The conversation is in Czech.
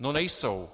No nejsou!